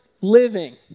living